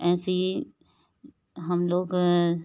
ऐसे ही हम लोग